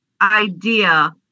idea